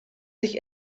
sich